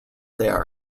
there